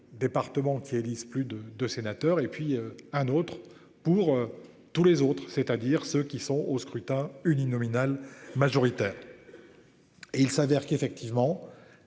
départements qui élisent plus de 2 sénateurs et puis un autre pour tous les autres, c'est-à-dire ceux qui sont au scrutin uninominal majoritaire. Et il s'avère qu'effectivement.